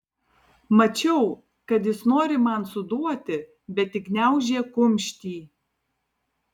mačiau kad jis nori man suduoti bet tik gniaužė kumštį